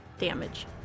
damage